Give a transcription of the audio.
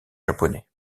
japonais